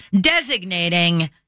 designating